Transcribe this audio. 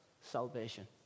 salvation